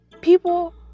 people